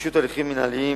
פישוט הליכים מינהליים,